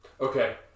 okay